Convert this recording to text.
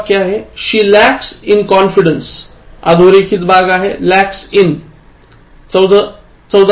She lacks in confidence अधोरेखित भाग lacks in आहे १४